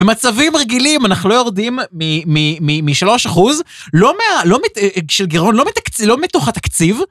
במצבים רגילים אנחנו לא יורדים מ-3 אחוז של גרעון, לא מתוך התקציב.